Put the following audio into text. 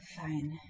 Fine